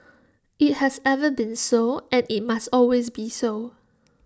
IT has ever been so and IT must always be so